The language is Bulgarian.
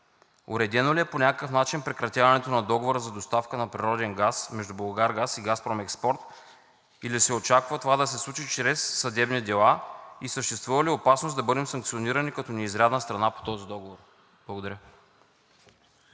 уредено ли е по някакъв начин прекратяването на договора за доставка на природен газ между „Булгаргаз“ и „Газпром Експорт“, или се очаква това да се случи чрез съдебни дела? И съществува ли опасност да бъдем санкционирани като неизрядна страна по този договор? Благодаря.